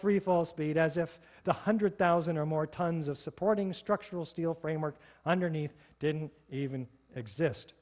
freefall speed as if the hundred thousand or more tons of supporting structural steel framework underneath didn't even exist